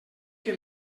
que